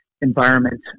environment